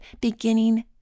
beginning